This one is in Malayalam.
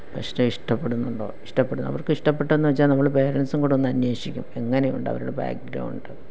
ഇഷ്ടം ഇഷ്ടപ്പെടുന്നുണ്ടോ ഇഷ്ടപ്പെടുന്ന അവര്ക്കിഷ്ടപ്പെട്ടെന്ന് വെച്ചാൽ നമ്മൾ പേരന്റ്സും കൂടൊന്ന് അന്വേഷിക്കും എങ്ങനെ ഉണ്ടവരുടെ ബാക്ക് ഗ്രൗണ്ട്